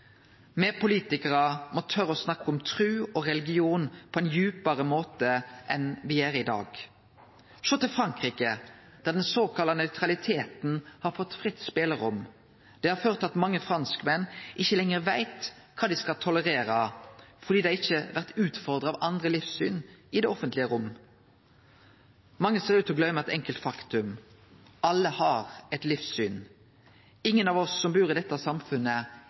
Me politikarar må tore å snakke om tru og religion på ein djupare måte enn me gjer i dag. Sjå til Frankrike, der den såkalla nøytraliteten har fått fritt spelerom. Det har ført til at mange franskmenn ikkje lenger veit kva dei skal tolerere – dei blir ikkje utfordra av andre livssyn i det offentlege rom. Mange ser ut til å gløyme eit enkelt faktum: Alle har eit livssyn. Ingen av oss som bur i dette samfunnet,